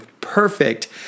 perfect